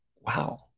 Wow